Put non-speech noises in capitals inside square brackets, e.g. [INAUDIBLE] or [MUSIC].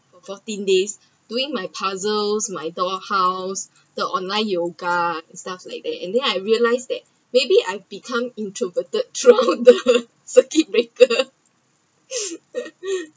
for fourteen days doing my puzzles my doll house the online yoga and stuff like that and then I realised that maybe I become introverted throughout the circuit breaker [LAUGHS]